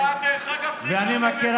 ואתה,